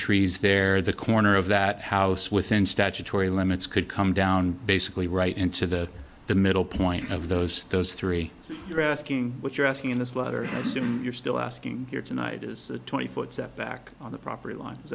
trees there the corner of that house within statutory limits could come down basically right into the the middle point of those those three your asking what you're asking in this letter you're still asking here tonight is twenty foot back on the property line is